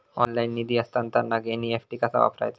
Online निधी हस्तांतरणाक NEFT कसा वापरायचा?